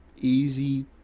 easy